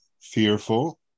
fearful